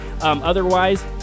otherwise